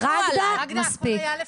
בסדר, רגדה, מספיק.